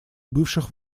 бывших